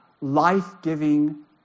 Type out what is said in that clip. life-giving